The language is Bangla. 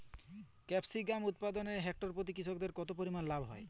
ক্যাপসিকাম উৎপাদনে হেক্টর প্রতি কৃষকের কত পরিমান লাভ হয়?